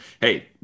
hey